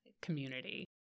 community